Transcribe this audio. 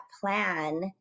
plan